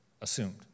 assumed